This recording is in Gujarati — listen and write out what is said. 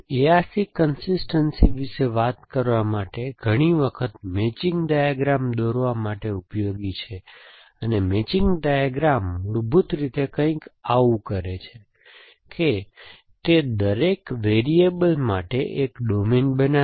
ARC કન્સિસ્ટનસી વિશે વાત કરવા માટે ઘણી વખત મેચિંગ ડાયાગ્રામ દોરવા માટે ઉપયોગી છે અને મેચિંગ ડાયાગ્રામ મૂળભૂત રીતે કંઈક આવું કરે છે કે તે દરેક વેરીએબલ માટે એક ડોમેન બનાવે છે